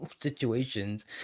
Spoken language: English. situations